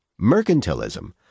Mercantilism